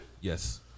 Yes